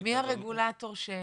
מי הרגולטור?